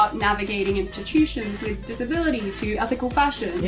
ah navigating institutions with disabilities, to ethical fashion. yeah,